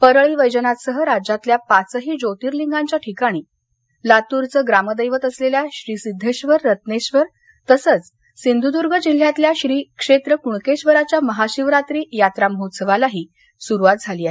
परळी वैजनाथ सह राज्यातल्या पाचही ज्योतिर्लिंगांच्या ठिकाणी लातुरचं ग्रामदैवत असलेल्या श्री सिद्धेबर रत्नेश्वर तसंच सिंधुदूर्ण जिल्ह्यातल्या श्री क्षेत्र कुणकेश्वरच्या महाशिवरात्री यात्रा महोत्सवालाही सुरुवात झाली आहे